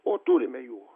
o turime jų